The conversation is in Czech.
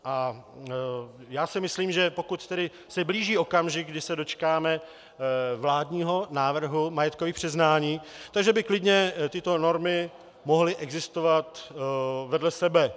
A já si myslím, že pokud se blíží okamžik, kdy se dočkáme vládního návrhu majetkových přiznání, tak že by klidně tyto normy mohly existovat vedle sebe.